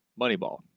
Moneyball